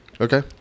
Okay